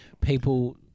people